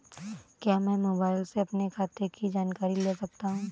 क्या मैं मोबाइल से अपने खाते की जानकारी ले सकता हूँ?